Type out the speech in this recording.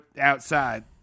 outside